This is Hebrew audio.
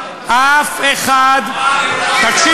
אף אחד, תגיד שזו הוצאה להורג.